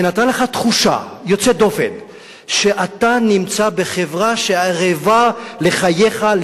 נתנה לך תחושה יוצאת דופן שאתה נמצא בחברה שערבה לחייך,